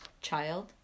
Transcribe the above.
child